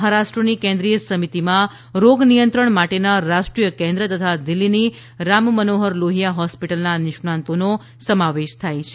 મહારાષ્ટ્રની કેન્દ્રિય સમિતિમાં રોગ નિયંત્રણ માટેના રાષ્ટ્રીય કેન્દ્ર તથા દિલ્ઠીની રામમનોહર લોહીયા હોસ્પિટલના નિષ્ણાંતોનો સમાવેશ થાય છે